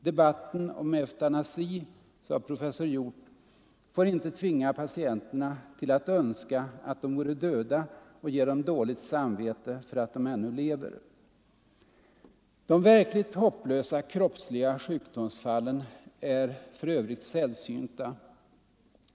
Debatten om eutanasi får inte tvinga patienterna till att önska att de vore döda och ge dem dåligt samvete för att de ännu lever.” De verkligt hopplösa kroppsliga sjukdomsfallen är för övrigt sällsynta.